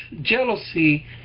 jealousy